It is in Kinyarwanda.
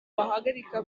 wahagarika